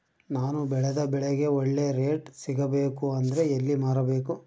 ನಾನು ಬೆಳೆದ ಬೆಳೆಗೆ ಒಳ್ಳೆ ರೇಟ್ ಸಿಗಬೇಕು ಅಂದ್ರೆ ಎಲ್ಲಿ ಮಾರಬೇಕು?